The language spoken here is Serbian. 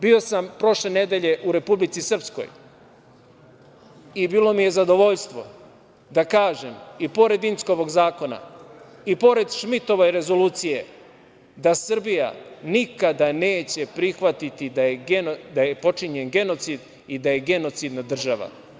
Bio sam prošle nedelje u Republici Srpskoj i bilo mi je zadovoljstvo da kažem, pored Inckovog zakona i pored Šmitove rezolucije, da Srbija nikada neće prihvatiti da je počinjen genocid i da je genocidna država.